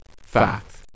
Fact